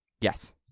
Yes